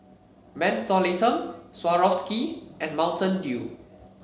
Mentholatum Swarovski and Mountain Dew